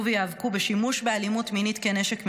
ויאבקו בשימוש באלימות מינית כנשק מלחמה.